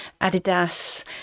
Adidas